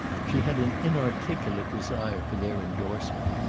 she had an inarticulate desire for their endorsement,